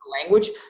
language